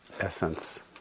essence